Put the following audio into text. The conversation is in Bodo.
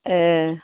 ए